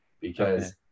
Because-